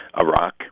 Iraq